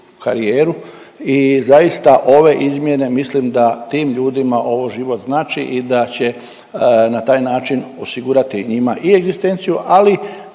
karijeru i zaista ove izmjene mislim da tim ljudima ovo život znači i da će na taj način osigurati njima i egzistenciju ali